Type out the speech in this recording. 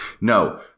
No